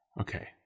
okay